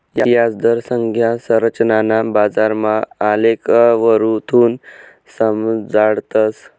याजदर संज्ञा संरचनाना बारामा आलेखवरथून समजाडतस